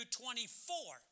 24